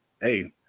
hey